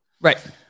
Right